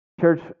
Church